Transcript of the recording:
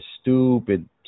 stupid